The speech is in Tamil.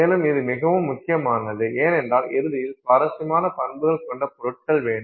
மேலும் இது மிகவும் முக்கியமானது ஏனென்றால் இறுதியில் சுவாரஸ்யமான பண்புகள் கொண்ட பொருட்கள் வேண்டும்